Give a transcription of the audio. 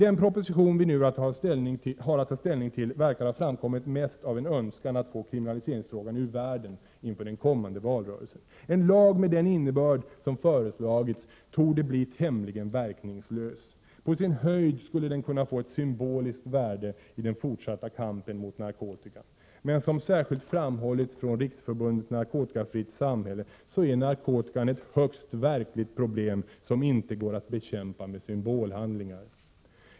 Den proposition vi nu har att ta ställning till verkar ha framkommit mest av en önskan att få kriminaliseringsfrågan ur världen inför den kommande valrörelsen. En lag med den innebörd som föreslagits torde bli tämligen verkningslös. På sin höjd skulle den kunna få ett symboliskt värde i den fortsatta kampen mot narkotikan. Men som särskilt framhållits från Riksförbundet narkotikafritt samhälle, RNS, är narkotikan ett högst verkligt problem, som inte går att bekämpa med symbolhandlingar.